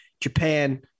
Japan